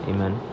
Amen